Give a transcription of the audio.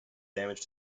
damage